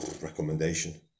Recommendation